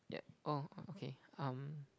yeah oh okay um